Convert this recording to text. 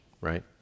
right